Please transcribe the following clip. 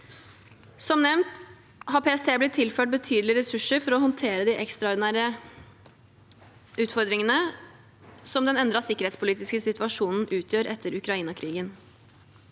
Som nevnt har PST blitt tilført betydelige ressurser for å håndtere de ekstraordinære utfordringene som den endrede sikkerhetspolitiske situasjonen utgjør etter Ukraina-krigen.